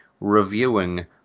reviewing